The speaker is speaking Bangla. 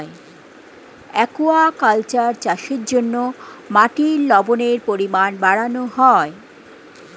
অ্যাকুয়াকালচার চাষের জন্য মাটির লবণের পরিমাণ বাড়ানো হয়